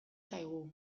zaigu